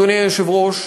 אדוני היושב-ראש,